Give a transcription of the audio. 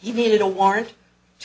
he needed a warrant to